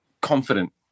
confident